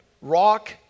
rock